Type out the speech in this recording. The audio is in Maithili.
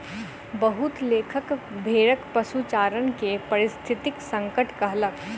बहुत लेखक भेड़क पशुचारण के पारिस्थितिक संकट कहलक